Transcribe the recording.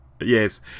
Yes